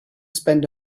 spend